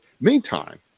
meantime